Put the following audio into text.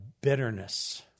bitterness